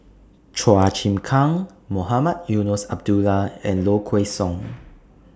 Chua Chim Kang Mohamed Eunos Abdullah and Low Kway Song